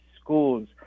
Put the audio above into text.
schools